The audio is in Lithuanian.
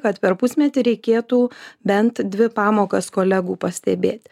kad per pusmetį reikėtų bent dvi pamokas kolegų pastebėti